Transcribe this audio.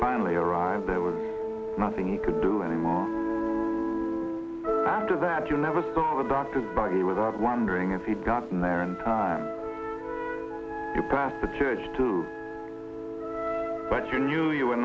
finally arrived there was nothing you could do any more after that you never thought about the body without wondering if he'd gotten there in time to pass the church to but you knew you were